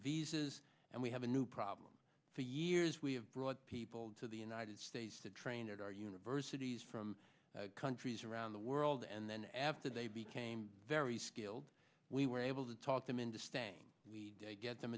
visas and we have a new problem for years we have brought people to the united states to train at our universities from countries around the world and then after they became very skilled we were able to talk them into sta